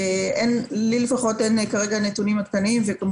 לי לפחות אין כרגע נתונים עדכניים וחשוב